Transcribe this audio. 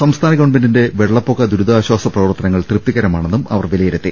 സംസ്ഥാന ഗവൺമെന്റിന്റെ വെള്ളപ്പൊക്ക ദുരിതാശ്ചാസ പ്രവർത്തനങ്ങൾ തൃപ്തികരമാണെന്നും ്വഅവർ വിലയിരു ത്തി